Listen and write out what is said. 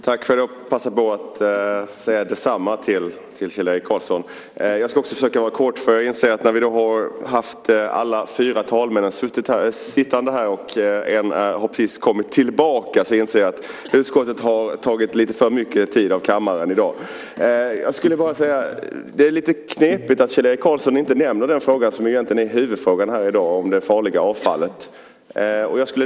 Herr talman! Jag säger detsamma till Kjell-Erik Karlsson. Jag ska försöka fatta mig kort. Jag inser att när vi har haft alla fyra talmännen sittande här och en just har kommit tillbaka har utskottet tagit lite för mycket tid av kammaren i dag. Det är lite knepigt att Kjell-Erik Karlsson inte nämner den fråga som egentligen är huvudfrågan, nämligen det farliga avfallet.